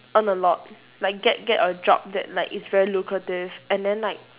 earn a lot like get get a job that like is very lucrative and then like